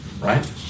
right